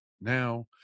now